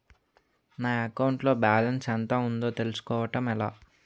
నా అకౌంట్ లో బాలన్స్ ఎంత ఉందో తెలుసుకోవటం ఎలా?